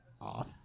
off